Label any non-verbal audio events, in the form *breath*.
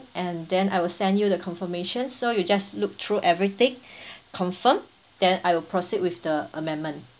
and then I will send you the confirmation so you just look through everything *breath* confirm then I will proceed with the amendment